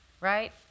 right